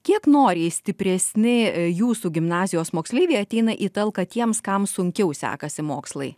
kiek noriai stipresni jūsų gimnazijos moksleiviai ateina į talką tiems kam sunkiau sekasi mokslai